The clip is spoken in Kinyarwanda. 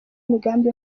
imigambi